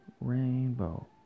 rainbow